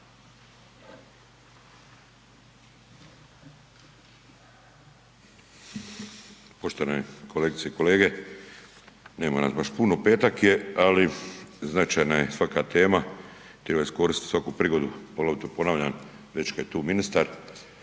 Poštovane kolegice i kolege, nema nas baš puno, petak je, ali značajna je svaka tema, treba iskoristit prigodu, poglavito ponavljam već kad je tu ministar.